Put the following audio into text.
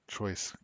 Choice